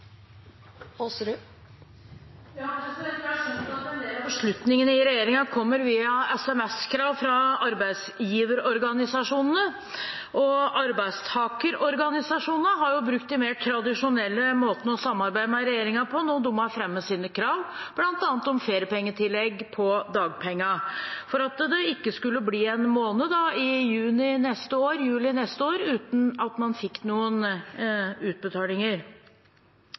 at en del av beslutningene i regjeringen kommer via SMS-krav fra arbeidsgiverorganisasjonene. Arbeidstakerorganisasjonene har brukt de mer tradisjonelle måtene å samarbeide med regjeringen på når de har fremmet sine krav, bl.a. om feriepengetillegg på dagpengene for at det neste år ikke skal bli en